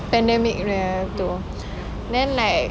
pandemic punya tu then like